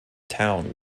town